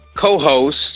co-host